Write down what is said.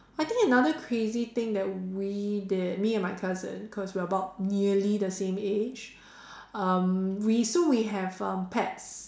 I think another crazy thing that we did me and my cousin cause we're about nearly the same age um we so we have um pets